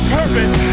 purpose